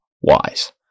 wise